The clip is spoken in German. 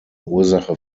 ursache